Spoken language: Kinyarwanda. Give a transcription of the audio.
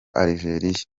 algeria